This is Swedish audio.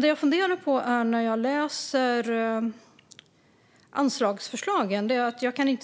Det jag funderar på när jag läser anslagsförslagen är att jag inte